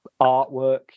artwork